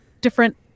different